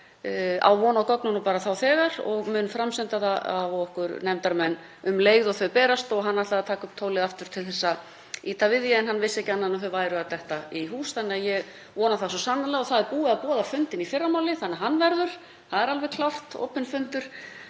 á von á gögnunum þá og þegar. Hann mun framsenda þau á okkur nefndarmenn um leið og þau berast. Hann ætlaði að taka upp tólið aftur til að ýta við því en hann vissi ekki annað en að þau væru að detta í hús. Ég vona það svo sannarlega. Það er búið að boða fund í fyrramálið þannig að hann verður, það er alveg klárt, opinn fundur.